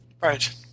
right